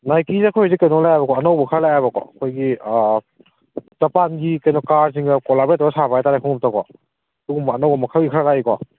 ꯅꯥꯏꯀꯤꯁꯦ ꯑꯩꯈꯣꯏ ꯍꯧꯖꯤꯛ ꯀꯩꯅꯣ ꯂꯥꯛꯑꯦꯕꯀꯣ ꯑꯅꯧꯕ ꯈꯔ ꯂꯥꯛꯑꯦꯕꯀꯣ ꯑꯩꯈꯣꯏꯒꯤ ꯖꯄꯥꯟꯒꯤ ꯀꯩꯅꯣ ꯀꯥꯔꯖꯤꯡꯒ ꯀꯣꯂꯥꯕꯣꯔꯦꯠ ꯑꯣꯏꯔ ꯁꯥꯕ ꯍꯥꯏꯇꯥꯔꯦ ꯈꯨꯃꯨꯛꯇꯣꯀꯣ ꯑꯗꯨꯒꯨꯝꯕ ꯑꯅꯧꯕ ꯃꯈꯜꯒꯤ ꯈꯔ ꯂꯥꯛꯏꯀꯣ